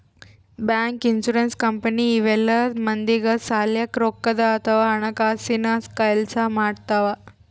bank, insurance company ಇವೆಲ್ಲ ಮಂದಿಗ್ ಸಲ್ಯಾಕ್ ರೊಕ್ಕದ್ ಅಥವಾ ಹಣಕಾಸಿನ್ ಕೆಲ್ಸ್ ಮಾಡ್ತವ್